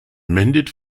amended